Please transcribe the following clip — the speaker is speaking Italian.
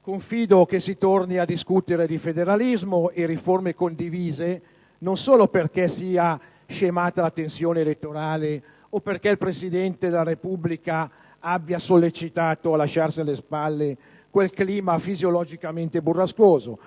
confido che si torni a discutere di federalismo e riforme condivise non solo perché sia scemata la tensione elettorale o perché il Presidente della Repubblica abbia sollecitato a lasciarsi alle spalle quel clima fisiologicamente burrascoso,